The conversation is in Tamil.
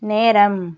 நேரம்